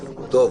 טוב,